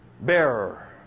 bearer